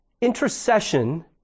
intercession